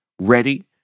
ready